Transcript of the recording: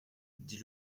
dit